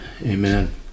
Amen